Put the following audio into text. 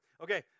Okay